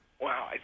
Wow